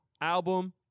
album